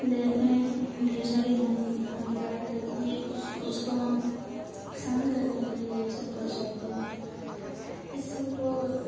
जैसे ढेर सारी धंधा चल दिए इसको हम शांत करने के लिए सब कर सकते हैं इस सबको